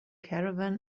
caravan